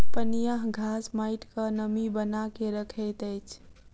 पनियाह घास माइटक नमी बना के रखैत अछि